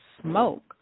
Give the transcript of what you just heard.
smoke